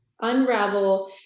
unravel